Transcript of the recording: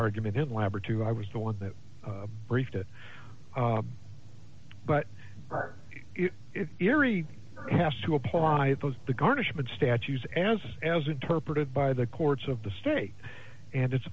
argument in lab or two i was the one that briefed it but our erie has to apply those the garnishment statues as as interpreted by the courts of the state and it's